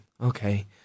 Okay